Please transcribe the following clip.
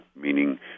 meaning